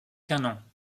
canons